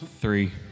three